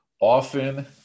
Often